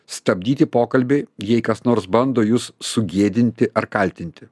stabdyti pokalbį jei kas nors bando jus sugėdinti ar kaltinti